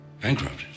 bankrupt